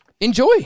Enjoy